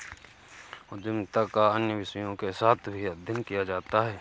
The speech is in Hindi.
उद्यमिता का अन्य विषयों के साथ भी अध्ययन किया जाता है